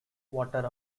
water